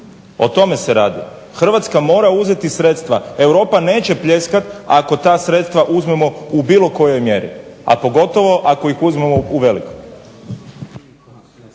O tome se radi. Hrvatska mora uzeti sredstva. Europa neće pljeskati ako ta sredstva uzmemo u bilo kojoj mjeri, a pogotovo ako ih uzmemo u veliko.